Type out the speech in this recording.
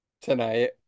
tonight